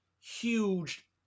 huge